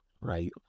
Right